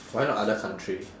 why not other country